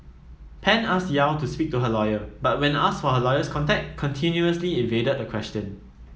Pan asked Yew to speak to her lawyer but when asked for her lawyer's contact continuously evaded the question